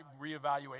reevaluate